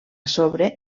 sobre